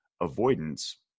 avoidance